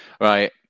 right